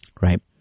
Right